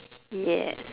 yes